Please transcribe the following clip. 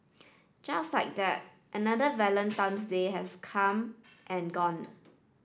just like that another Valentine's Day has come and gone